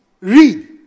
Read